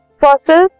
Fossils